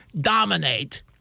dominate